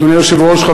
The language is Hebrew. אדוני היושב-ראש,